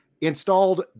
installed